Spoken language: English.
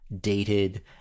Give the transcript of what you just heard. dated